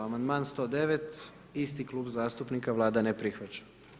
Amandman 109, isti klub zastupnika, Vlada ne prihvaća.